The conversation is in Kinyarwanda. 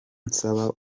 nsaba